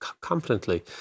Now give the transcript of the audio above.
confidently